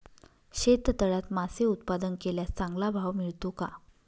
शेततळ्यात मासे उत्पादन केल्यास चांगला भाव मिळतो का?